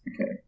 Okay